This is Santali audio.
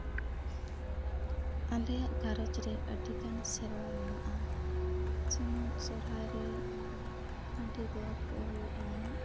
ᱟᱞᱮᱭᱟᱜ ᱜᱷᱟᱸᱨᱚᱡᱽ ᱨᱮ ᱟᱹᱰᱤᱜᱟᱱ ᱥᱮᱨᱣᱟ ᱢᱮᱱᱟᱜᱼᱟ ᱥᱤᱱᱟᱹᱢ ᱥᱚᱨᱦᱟᱭ ᱨᱮ ᱦᱟᱺᱰᱤ ᱫᱚᱦᱚ ᱠᱚ ᱦᱩᱭᱩᱜᱼᱟ